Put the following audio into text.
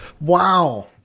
Wow